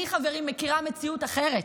אני, חברים, מכירה מציאות אחרת: